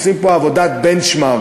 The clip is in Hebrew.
עושים פה עבודת benchmark,